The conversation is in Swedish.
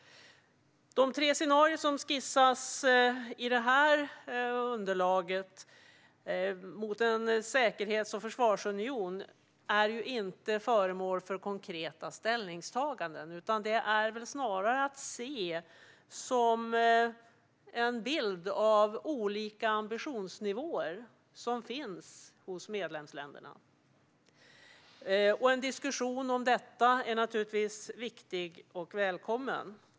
De tre scenarier som skissas i detta underlag, mot en säkerhets och försvarsunion, är inte föremål för konkreta ställningstaganden utan är snarare att se som en bild av de olika ambitionsnivåer som finns hos medlemsländerna. En diskussion om detta är naturligtvis viktig och välkommen.